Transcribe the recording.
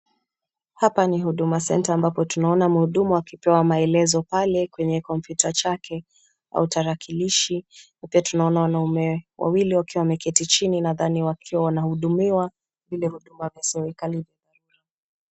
Hapa ni HUDUMA CENTER ambapo tunaona mhudumu akipeana maelezo pale kwenye kompyuta chake au tarakilishi na pia tunaona wanaume wawili wakiwa wameketi wakiwa wanahudumiwa vile huduma za serikali za dharura.